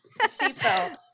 Seatbelt